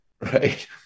Right